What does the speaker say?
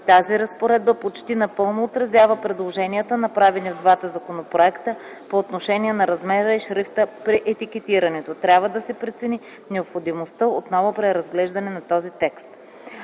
Тази разпоредба почти напълно отразява предложенията, направени в двата законопроекта, по отношение на размера и шрифта при етикетирането. Трябва да се прецени необходимостта от ново преразглеждане на този текст.